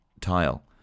tile